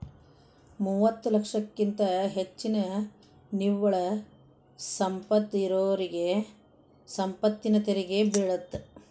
ಮೂವತ್ತ ಲಕ್ಷಕ್ಕಿಂತ ಹೆಚ್ಚಿನ ನಿವ್ವಳ ಸಂಪತ್ತ ಇರೋರಿಗಿ ಸಂಪತ್ತಿನ ತೆರಿಗಿ ಬೇಳತ್ತ